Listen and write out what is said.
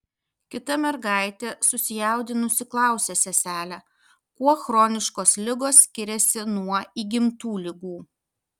kita mergaitė susijaudinusi klausia seselę kuo chroniškos ligos skiriasi nuo įgimtų ligų